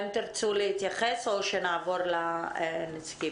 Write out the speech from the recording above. האם תרצו להתייחס, או שנעבור לנציגים?